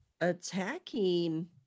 attacking